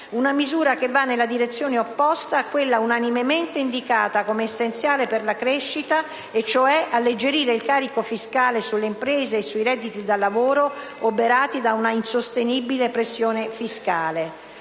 una misura che va nella direzione opposta a quella unanimemente indicata come essenziale per la crescita, cioè alleggerire il carico fiscale sulle imprese e sui redditi da lavoro oberati da una insostenibile pressione fiscale.